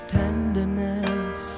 tenderness